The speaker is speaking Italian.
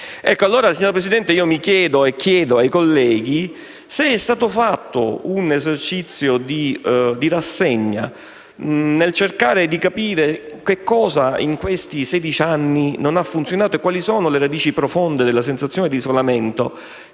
Signora Presidente, mi chiedo e chiedo ai colleghi se è stato fatto un esercizio di rassegna nel cercare di capire cosa in questi sedici anni non ha funzionato e quali sono le radici profonde delle sensazioni di isolamento